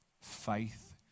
Faith